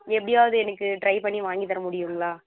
எப்படியாவது எனக்கு ட்ரை பண்ணி வாங்கித்தர முடியும்ங்களா